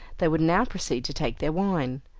they would now proceed to take their wine.